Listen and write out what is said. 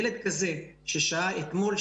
ילד כזה ששהה אתמול,